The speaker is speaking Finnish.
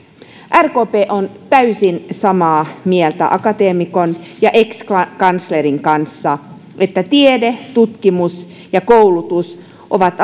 rkp on täysin samaa mieltä akateemikon ja ex kanslerin kanssa että tiede tutkimus ja koulutus ovat